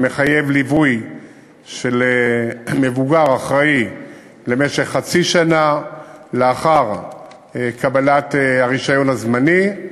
שמחייב ליווי של מבוגר אחראי למשך חצי שנה לאחר קבלת הרישיון הזמני.